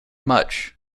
much